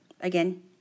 Again